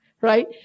Right